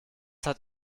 hat